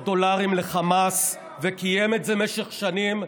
דולרים לחמאס" וקיים את זה במשך שנים.